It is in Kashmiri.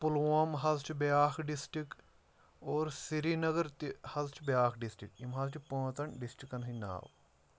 پُلووم حظ چھُ بیٛاکھ ڈِسٹرک اور سرینگر تہِ حظ چھُ بیٛاکھ ڈِسٹرک یِم حظ چھِ پانٛژن ڈسٹکن ہٕنٛدۍ ناو